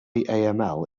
yaml